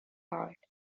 hart